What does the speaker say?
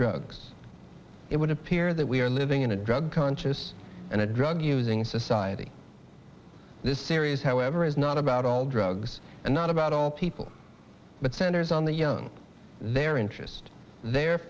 drugs it would appear that we are living in a drug conscious and a drug using society this series however is not about all drugs and not about all people but centers on the young their interest their